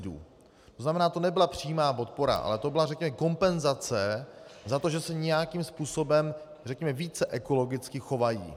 To znamená, to nebyla přímá podpora, ale to byla, řekněme, kompenzace za to, že se nějakým způsobem více ekologicky chovají.